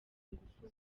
inguvu